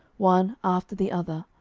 one after the other.